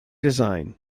design